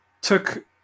took